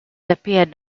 appeared